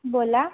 बोला